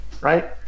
right